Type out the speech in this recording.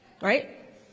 right